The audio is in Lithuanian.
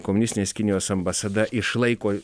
komunistinės kinijos ambasada išlaiko